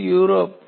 ఇది యూరప్